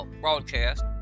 broadcast